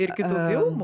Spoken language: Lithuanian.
ir kitų filmų